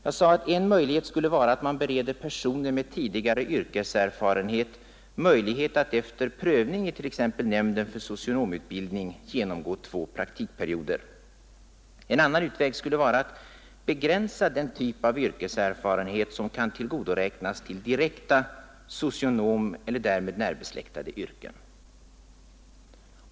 Jag sade att en utväg skulle vara att man bereder personer med tidigare yrkeserfarenhet möjlighet att efter prövning av t.ex. nämnden för socionomutbildning genomgå två praktikperioder. En annan utväg skulle vara att begränsa den tid av yrkeserfarenhet som kan tillgodoräknas i direkta socionomyrken eller därmed nära besläktade yrken.